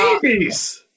babies